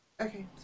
Okay